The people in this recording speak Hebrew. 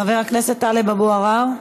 חבר הכנסת טלב אבו עראר,